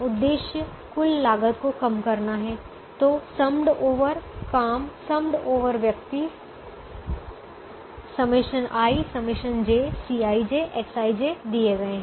उद्देश्य कुल लागत को कम करना है तो समड ओवर काम समड ओवर व्यक्ति ∑i∑j Cij Xij दिए गए हैं